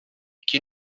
qui